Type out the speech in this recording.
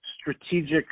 strategic